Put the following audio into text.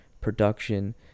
Production